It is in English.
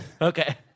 Okay